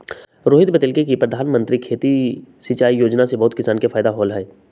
रोहित बतलकई कि परधानमंत्री खेती सिंचाई योजना से बहुते किसान के फायदा होलई ह